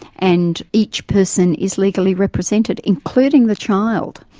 and each person is legally represented, including the child.